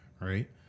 right